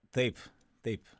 taip taip